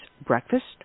breakfast